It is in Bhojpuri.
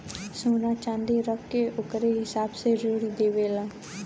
सोना च्नादी रख के ओकरे हिसाब से ऋण देवेला